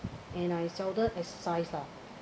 and I seldom exercise lah